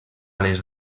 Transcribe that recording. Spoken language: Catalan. les